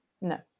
no